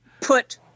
put –